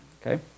okay